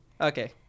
Okay